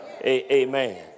Amen